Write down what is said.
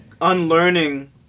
unlearning